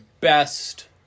best